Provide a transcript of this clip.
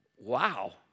Wow